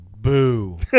Boo